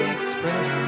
Express